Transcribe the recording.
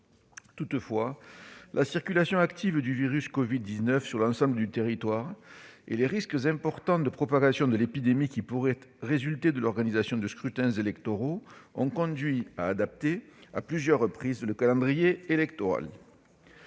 Toutefois, la circulation active du virus covid-19 sur l'ensemble du territoire et les risques importants de propagation de l'épidémie qui pourraient résulter de l'organisation de scrutins électoraux ont conduit à adapter, à plusieurs reprises, le calendrier électoral.